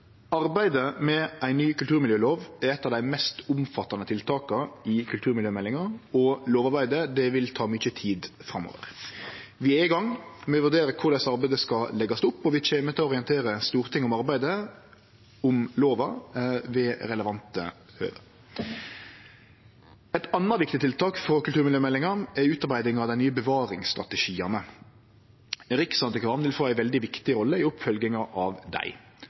Arbeidet med ei ny kulturmiljølov er eit av dei mest omfattande tiltaka i kulturmiljømeldinga, og lovarbeidet vil ta mykje tid framover. Vi er i gang med å vurdere korleis arbeidet skal leggjast opp, og vi kjem til å orientere Stortinget om arbeidet med lova ved relevante høve. Eit anna viktig tiltak frå kulturmiljømeldinga er utarbeidinga av dei nye bevaringsstrategiane. Riksantikvaren vil få ei veldig viktig rolle i oppfølginga av dei.